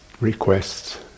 requests